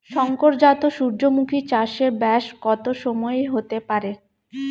শংকর জাত সূর্যমুখী চাসে ব্যাস কত সময় হতে পারে?